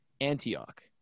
antioch